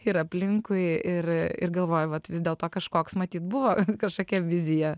ir aplinkui ir ir galvoju kad vis dėlto kažkoks matyt buvo kažkokia vizija